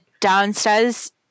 downstairs